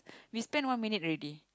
we spent one minute ready